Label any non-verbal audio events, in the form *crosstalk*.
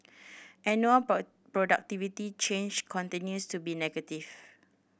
annual *unintelligible* productivity change continues to be negative